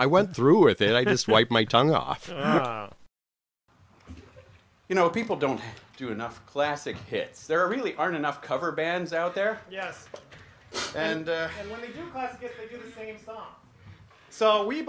i went through with it i just wiped my tongue off you know people don't do enough classic hits there really aren't enough cover bands out there and so we